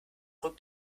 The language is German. rückt